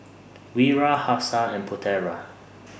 Wira Hafsa and Putera